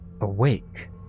awake